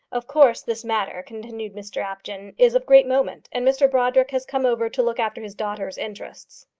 of course, this matter, continued mr apjohn, is of great moment, and mr brodrick has come over to look after his daughter's interests.